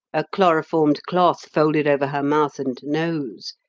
a chloroformed cloth folded over her mouth and nose,